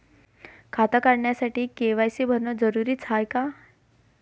खातं काढतानी के.वाय.सी भरनं जरुरीच हाय का?